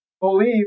believe